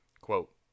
Quote